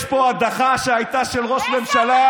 יש פה הדחה שהייתה של ראש ממשלה.